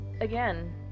again